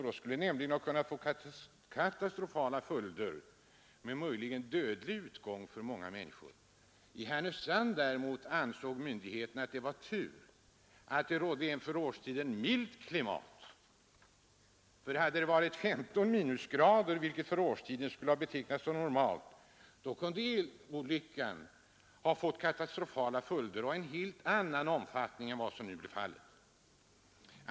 Då skulle den nämligen ha kunnat få katastrofala följder, möjligen med dödlig utgång för många människor. I Härnösand däremot ansåg myndigheterna det vara ”tur” att det rådde ett för årstiden milt klimat. Hade det varit 15 minusgrader, vilket för årstiden skulle kunna betecknas som normalt, kunde elolyckan ha fått katastrofala följder och en helt annan omfattning än vad som nu blev fallet.